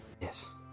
Yes